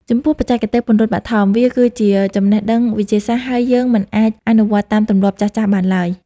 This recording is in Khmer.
ចំពោះ បច្ចេកទេសពន្លត់បឋម វាគឺជាចំណេះដឹងវិទ្យាសាស្ត្រ ហើយយើងមិនអាចអនុវត្តតាមទម្លាប់ចាស់ៗបានឡើយ។